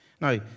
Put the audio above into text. Now